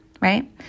right